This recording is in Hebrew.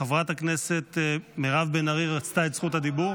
חברת הכנסת מירב בן ארי רצתה את זכות הדיבור?